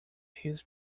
his